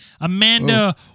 Amanda